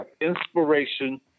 inspiration